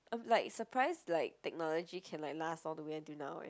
I'm like surprised like technology can like last all the way until now eh